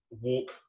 walk